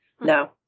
no